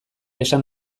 esan